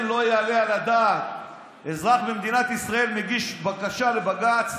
לא יעלה על הדעת שאזרח במדינת ישראל מגיש בקשה לבג"ץ,